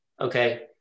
okay